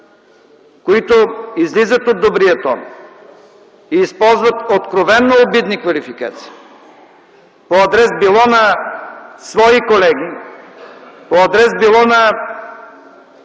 които излизат от добрия тон и използват откровено обидни квалификации било по адрес на свои колеги, било по адрес на